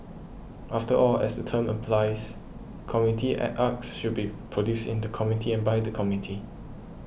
after all as the term implies community an arts should be produced in the community and by the community